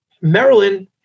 Maryland